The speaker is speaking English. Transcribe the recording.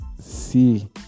see